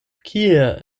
kie